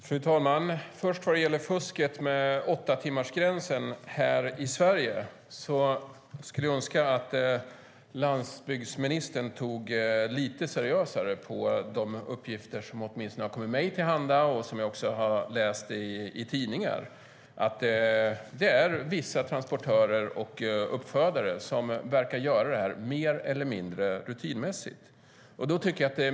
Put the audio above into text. Fru talman! När det gäller fusket i Sverige med åttatimmarsgränsen skulle jag önska att landsbygdsministern tog lite seriösare på de uppgifter som kommit åtminstone mig till del och som jag läst om i tidningar. Det finns vissa transportörer och uppfödare som verkar fuska mer eller mindre rutinmässigt.